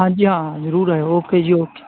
ਹਾਂਜੀ ਹਾਂ ਜ਼ਰੂਰ ਆ ਓਕੇ ਜੀ ਓਕੇ